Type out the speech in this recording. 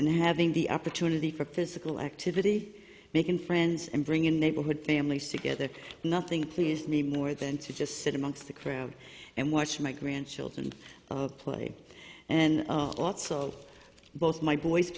and having the opportunity for physical activity making friends and bringing neighborhood families together nothing pleased me more than to just sit amongst the crowd and watch my grandchildren play and a lot so both my boys